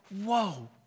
whoa